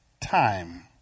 time